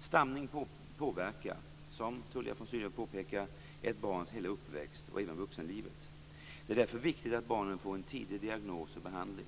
Stamning påverkar, som Tullia von Sydow påpekar, ett barns hela uppväxt och även vuxenlivet. Det är därför viktigt att barnen får en tidig diagnos och behandling.